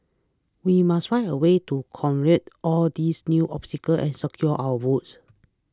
we must find a way to convent all these new obstacles and secure our votes